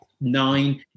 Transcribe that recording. nine